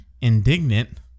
indignant